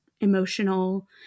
emotional